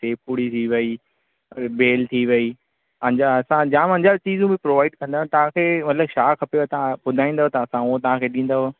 ऐं पूड़ी थी वई बेल थी वई अञा असां जाम अञा चीजूं बि प्रोवाइड कंदा आहियूं तव्हां खे मतिलबु छा खपेव तव्हां ॿुधाईंदव त असां उहा तव्हांखे ॾींदव